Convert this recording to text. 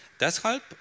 Deshalb